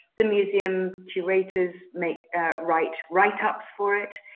the museum curators make, ah write, write ups for it.